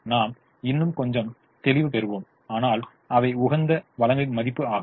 நாம் இன்னும் கொஞ்சம் தெளிவு பெறுவோம் ஆனால் அவை உகந்த வளங்களின் மதிப்பு ஆகும்